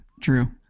true